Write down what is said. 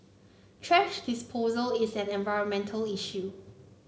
thrash disposal is an environmental issue